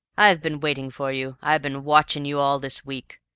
i've been waitin' for you. i've been watchin' you all this week!